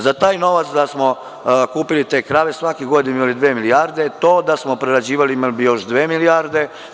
Za taj novac da smo kupili te krave, svake godine bi imali dve milijarde, to da smo prerađivali imali bi još dve milijarde.